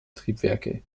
triebwerke